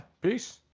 peace